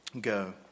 go